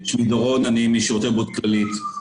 אני משירותי בריאות כללית.